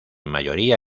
mayoría